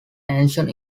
ancient